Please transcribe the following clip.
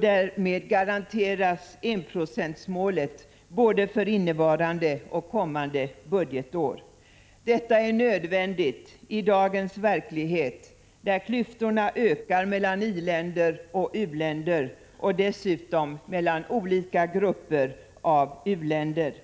Därmed garanteras enprocentsmålet både för innevarande och för kommande budgetår. Detta är nödvändigt i dagens verklighet, där klyftorna ökar mellan i-länder och u-länder och dessutom mellan olika grupper av u-länder.